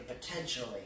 potentially